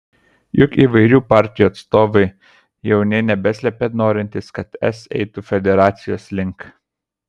juk įvairių partijų atstovai jau nė nebeslepia norintys kad es eitų federacijos link